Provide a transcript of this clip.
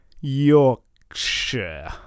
Yorkshire